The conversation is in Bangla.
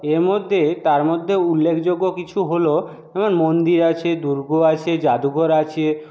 এর মধ্যে তার মধ্যে উল্লেখযোগ্য কিছু হল মন্দির আছে দুর্গ আছে জাদুঘর আছে